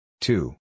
Two